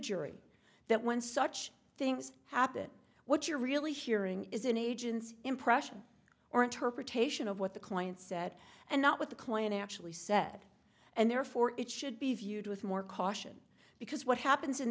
jury that when such things happen what you're really hearing is an agent's impression or interpretation of what the client said and not what the client actually said and therefore it should be viewed with more caution because what happens in